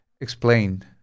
explain